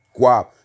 guap